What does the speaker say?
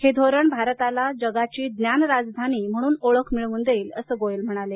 हे धोरण भारताला जगाची ज्ञान राजधानी म्हणून ओळख मिळवून देईल असं गोयल म्हणाले